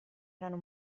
erano